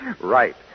Right